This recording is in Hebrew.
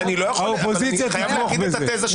האופוזיציה תתמוך בזה.